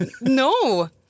No